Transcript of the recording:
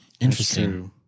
Interesting